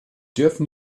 dürfen